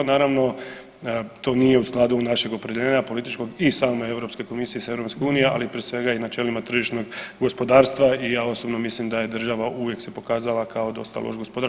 Naravno to nije u skladu našeg opredjeljenja političkog i same Europske komisije i same EU, ali prije svega i načelima tržišnog gospodarstva i ja osobno mislim da je država uvijek se pokazala kao dosta loš gospodara.